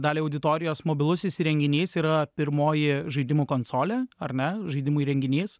dalį auditorijos mobilusis įrenginys yra pirmoji žaidimų konsolė ar ne žaidimų įrenginys